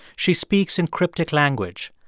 she speaks in cryptic language.